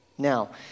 Now